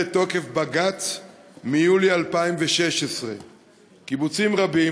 את תוקף בג"ץ מיולי 2016. קיבוצים רבים,